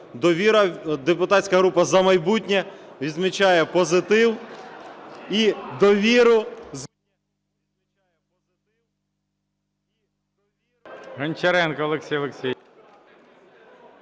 депутатська група "За майбутнє" відмічає позитив і довіру.